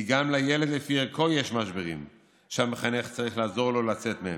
כי גם לילד לפי ערכו יש משברים שהמחנך צריך לעזור לו לצאת מהם.